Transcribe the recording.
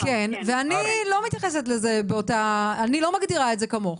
ואני לא מגדירה את זה כמוך.